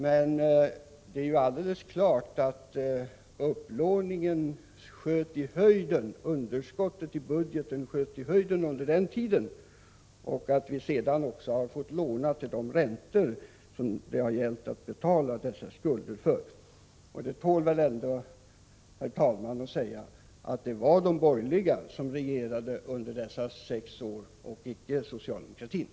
Men det är ju alldeles klart att underskottet i budgeten sköt i höjden under denna tid och att vi sedan också fått låna till de räntor som vi måste betala för dessa skulder. Och det tål väl ändå, herr talman, sägas att det var de borgerliga som regerade under dessa sex år och inte socialdemokraterna.